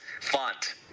font